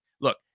look